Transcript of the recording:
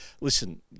listen